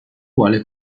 vuole